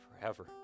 forever